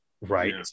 right